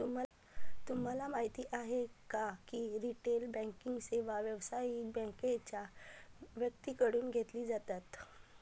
तुम्हाला माहिती आहे का की रिटेल बँकिंग सेवा व्यावसायिक बँकांच्या व्यक्तींकडून घेतली जातात